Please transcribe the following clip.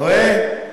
אתה רואה?